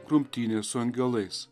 grumtynės su angelais